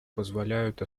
позволяют